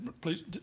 please